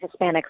Hispanics